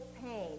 pain